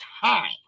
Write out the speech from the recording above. time